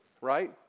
right